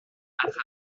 travers